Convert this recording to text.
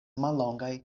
mallongaj